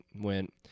went